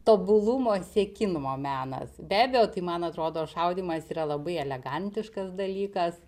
tobulumo siekimo menas be abejo tai man atrodo šaudymas yra labai elegantiškas dalykas